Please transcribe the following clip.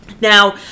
Now